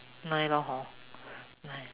nine lor hor nine